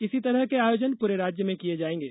इसी तरह के आयोजन पूरे राज्य में किये जायेगें